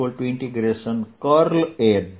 dlXA